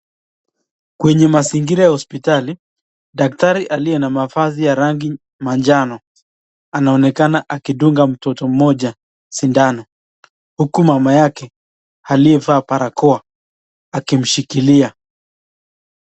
Kwenye mazingira ya hospitali, daktari aliye na mavazi ya rangi manjano, anaonekana akidunga mtoto mmoja sindano. Huku mama yake aliyevaa barakoa akimshikilia.